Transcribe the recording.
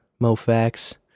MoFax